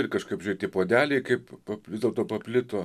ir kažkaip žiūrėt į puodelį kaip pap vis dėlto paplito